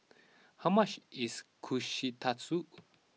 how much is Kushikatsu